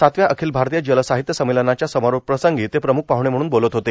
सातव्या अखिल भारतीय जलसाहित्य संमेलनाच्या समारोपप्रसंगी ते प्रमुख पाहुणे म्हणून बोलत होते